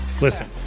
Listen